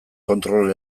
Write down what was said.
kontrol